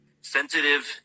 Sensitive